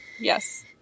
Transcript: yes